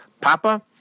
Papa